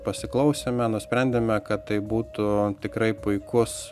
pasiklausėme nusprendėme kad tai būtų tikrai puikus